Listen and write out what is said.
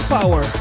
Power